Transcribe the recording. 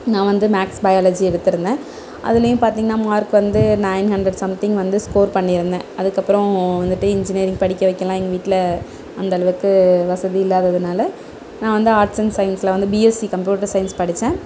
நான் வந்து maths biology எடுத்திருந்தேன் அதிலியும் பார்த்திங்ன்னா மார்க் வந்து நைன் ஹண்ட்ரட் சம்திங் வந்து ஸ்கோர் பண்ணியிருந்தேன் அதுக்கப்புறோம் வந்துட்டு இஞ்ஜினியரிங் படிக்க வைக்கலாம் எங்கள் வீட்டில் அந்தளவுக்கு வசதி இல்லாததினால நான் வந்து ஆர்ட்ஸ் அண்ட் சயின்ஸில் பிஎஸ்சி கம்பூட்டர் சயின்ஸ் படித்தேன்